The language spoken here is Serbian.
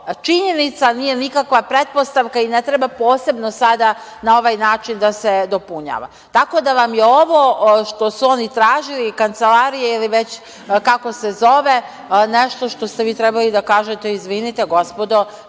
činjenica, a nije nikakva pretpostavka i ne treba posebno sada na ovaj način da se dopunjava. Tako da vam je ovo što su oni tražili, kancelarije ili već kako se zove nešto što ste vi trebali da kažete – izvinite, gospodo,